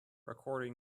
according